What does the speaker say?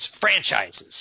franchises